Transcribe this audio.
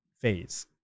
phase